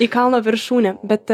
į kalno viršūnę bet